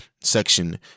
section